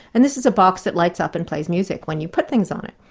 and this is a box that lights up and plays music when you put things on it.